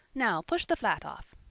now push the flat off.